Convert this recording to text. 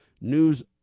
news